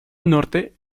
norte